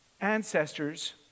ancestors